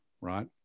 right